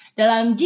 dalam